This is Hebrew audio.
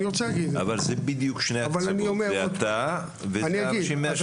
אבל זה בדיוק שני הקצוות זה אתה וזה אנשים מהשטח.